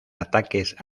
ataques